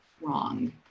wrong